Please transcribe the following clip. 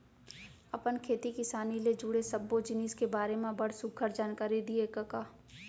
अपन खेती किसानी ले जुड़े सब्बो जिनिस के बारे म बड़ सुग्घर जानकारी दिए कका